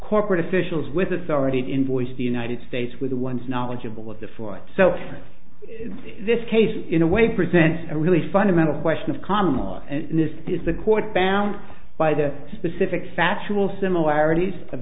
corporate officials with authority to invoice the united states with the ones knowledgeable of the fourth so this case in a way presents a really fundamental question of common law and this is the court bound by the specific factual similarities of